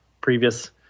previous